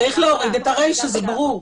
צריך להוריד את הרישה, זה ברור.